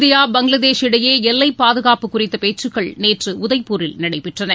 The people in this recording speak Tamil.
இந்தியா பங்களாதேஷ் இடையே எல்லைப்பாதுகாப்பு குறித்த பேச்சுக்கள் நேற்று உதய்பூரில் நடைபெற்றன